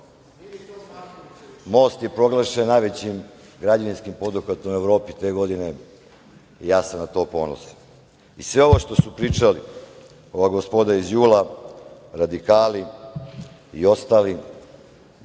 je proglašen najvećim građevinskim poduhvatom u Evropi te godine i ja sam na to ponosan. Sve ovo što su pričali, ova gospoda iz JUL-a, radikali i ostali,